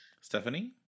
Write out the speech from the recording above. Stephanie